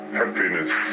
happiness